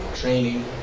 training